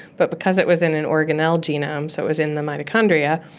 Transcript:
but because it was in an organelle genome, so it was in the mitochondria,